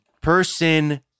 person